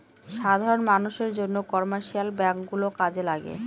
সাধারন মানষের জন্য কমার্শিয়াল ব্যাঙ্ক গুলো কাজে লাগে